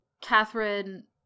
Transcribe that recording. Catherine